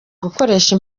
gukoresha